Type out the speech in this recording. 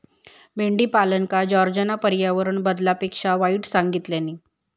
मेंढीपालनका जॉर्जना पर्यावरण बदलापेक्षा वाईट सांगितल्यान